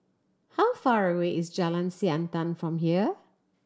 how far away is Jalan Siantan from here